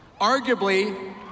arguably